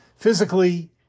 physically